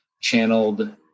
channeled